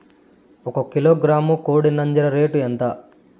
ఒక కిలోగ్రాము కోడి నంజర రేటు ఎంత?